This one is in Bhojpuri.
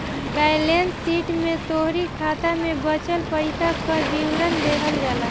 बैलेंस शीट में तोहरी खाता में बचल पईसा कअ विवरण देहल जाला